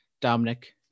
Dominic